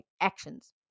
actions